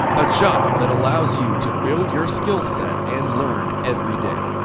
a job that allows you to build your skillset and learn every day.